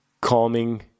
calming